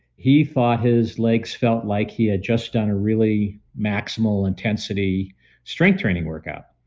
he thought his legs felt like he had just done a really maximal intensity strength training workout.